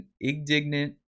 indignant